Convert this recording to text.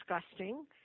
disgusting